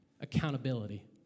accountability